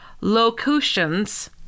locutions